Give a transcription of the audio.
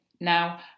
Now